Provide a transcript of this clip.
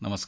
नमस्कार